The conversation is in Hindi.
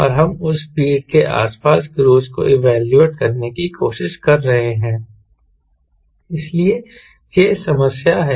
और हम उस स्पीड के आसपास क्रूज को इवेलुएट करने की कोशिश कर रहे हैं इसलिए यह समस्या है